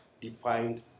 defined